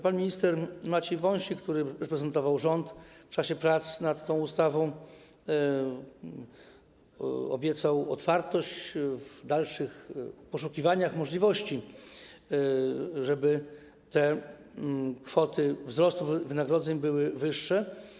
Pan minister Maciej Wąsik, który reprezentował rząd w czasie prac nad tą ustawą, obiecał otwartość w dalszych poszukiwaniach możliwości, żeby te kwoty wzrostu wynagrodzeń były wyższe.